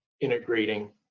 integrating